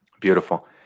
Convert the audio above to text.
Beautiful